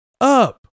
up